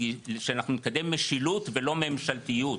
שאנחנו נקדם משילות ולא ממשלתיות.